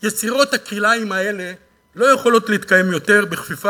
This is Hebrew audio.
יצירות הכלאיים האלה לא יכולות להתקיים יותר בכפיפה